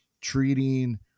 treating